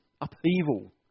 upheaval